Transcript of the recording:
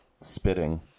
spitting